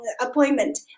appointment